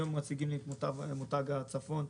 היום מציגים לי את מותג הצפון.